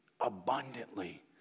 abundantly